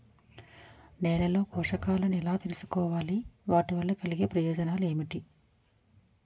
నేలలో పోషకాలను ఎలా తెలుసుకోవాలి? వాటి వల్ల కలిగే ప్రయోజనాలు ఏంటి?